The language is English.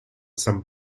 some